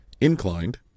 Inclined